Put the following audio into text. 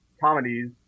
comedies